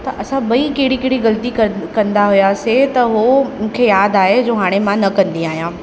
त असां ॿई कहिड़ी कहिड़ी ग़लती क कंदा हुआसीं त उहो मूंखे यादि आहे जो हाणे मां न कंदी आहियां